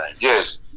Yes